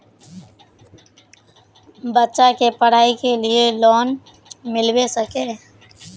बच्चा के पढाई के लिए लोन मिलबे सके है?